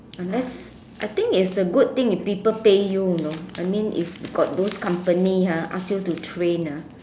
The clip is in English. unless I think is a good thing if people pay you you know I mean if got those company ah ask you to train ah